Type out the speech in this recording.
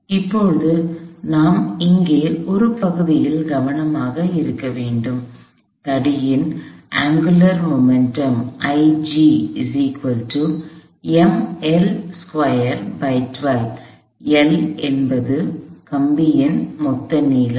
இப்போது நாம் இங்கே l பகுதியில் கவனமாக இருக்க வேண்டும் தடியின் அங்குலார் மொமெண்டம் L என்பது கம்பியின் மொத்த நீளம்